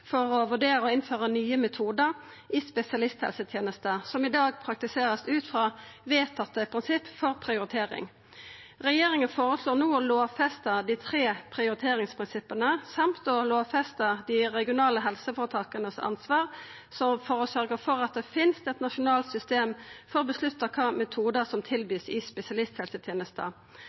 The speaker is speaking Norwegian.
for å vurdera å innføra nye metodar i spesialisthelsetenesta, som i dag vert praktisert ut frå vedtatte prinsipp for prioritering. Regjeringa føreslår no å lovfesta dei tre prioriteringsprinsippa samt å lovfesta dei regionale helseføretaka sitt ansvar for å sørgja for at det finst eit nasjonalt system for å avgjera kva metodar som vert tilbydde i spesialisthelsetenesta.